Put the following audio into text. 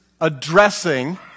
addressing